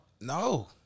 No